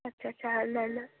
আচ্ছা আচ্ছা আর না না